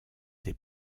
des